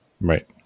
Right